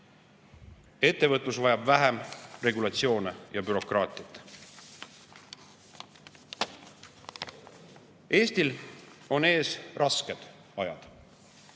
Ettevõtlus vajab vähem regulatsioone ja bürokraatiat. Eestil on ees rasked ajad.